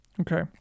Okay